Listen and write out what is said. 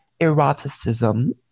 eroticism